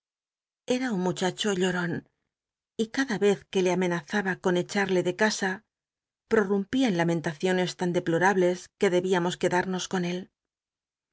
a un muchacho liaron y c cla vez que le ame nazaba con echal'le de casa prorrumpía en lamentaciones tan deplotables que debíamos quedamos con él